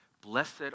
Blessed